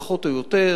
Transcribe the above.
פחות או יותר,